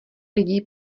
lidí